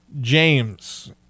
James